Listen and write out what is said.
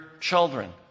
children